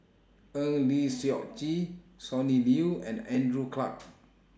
Eng Lee Seok Chee Sonny Liew and Andrew Clarke